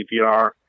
CPR